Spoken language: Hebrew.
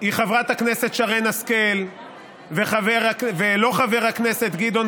חברת הכנסת שרן השכל ולא-חבר הכנסת גדעון